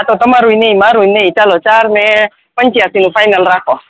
એતો તમારો નહીં મારો નહિ ચાલો ચારને પંચાશી માં ફાઇનલ રાખો